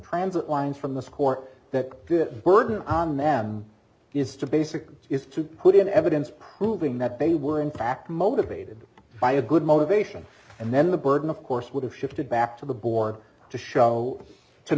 transit lines from the score that that burden on them is to basically is to put in evidence proving that they were in fact motivated by a good motivation and then the burden of course would have shifted back to the board to show to